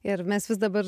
ir mes vis dabar